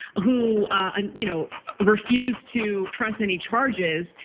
who and you know refused to press any charges,